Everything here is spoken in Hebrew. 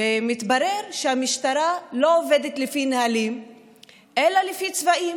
מתברר שהמשטרה לא עובדת לפי נהלים אלא לפי צבעים.